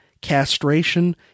castration